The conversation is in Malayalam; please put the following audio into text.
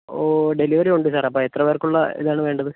ഓ ഡെലിവറി ഉണ്ട് സർ അപ്പോൾ എത്രപേർക്കുള്ള ഇതാണ് വേണ്ടത്